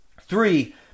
Three